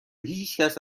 هیچکس